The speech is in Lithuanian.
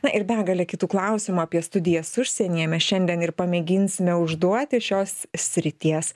na ir begalę kitų klausimų apie studijas užsienyje mes šiandien ir pamėginsime užduoti šios srities